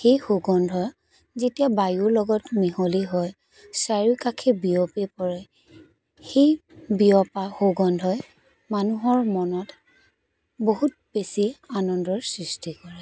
সেই সুগন্ধ যেতিয়া বায়ুৰ লগত মিহলি হয় চাৰিওকাষে বিয়পি পৰে সেই বিয়পা সুগন্ধই মানুহৰ মনত বহুত বেছি আনন্দৰ সৃষ্টি কৰে